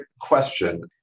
question